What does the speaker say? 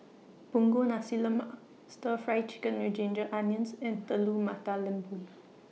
Punggol Nasi Lemak Stir Fry Chicken with Ginger Onions and Telur Mata Lembu